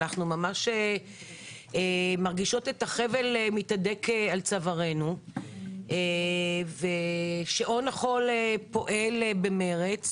אנחנו ממש מרגישות את החבל מתהדק על צווארנו ושעון החול פועל במרץ,